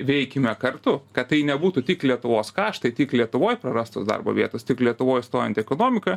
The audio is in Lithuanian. veikime kartu kad tai nebūtų tik lietuvos kaštai tik lietuvoj prarastos darbo vietos tik lietuvoj stojanti ekonomika